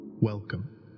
Welcome